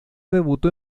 debutó